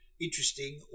interesting